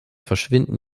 verschwinden